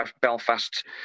Belfast